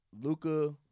Luca